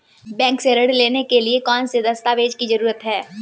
Bank से ऋण लेने के लिए कौन से दस्तावेज की जरूरत है?